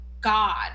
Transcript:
god